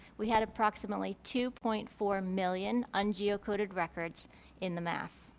we had approximately two point four million ungeocoded records in the map.